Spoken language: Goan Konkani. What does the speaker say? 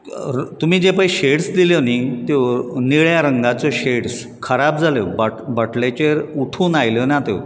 तुमी पळय जे शेड्स दिल्यो नी त्यो निळ्या रंगाच्यो शेड्स काबार जाल्यो बाटलेचेर उठून आयल्यो ना त्यो